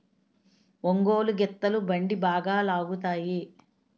ఒంగోలు గిత్తలు బండి బాగా లాగుతాయి